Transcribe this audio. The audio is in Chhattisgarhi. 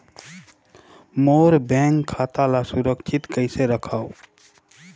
मोर बैंक खाता ला सुरक्षित कइसे रखव?